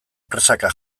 presaka